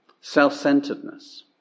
self-centeredness